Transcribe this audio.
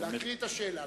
להקריא את השאלה.